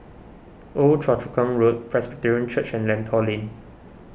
Old Choa Chu Kang Road Presbyterian Church and Lentor Lane